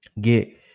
get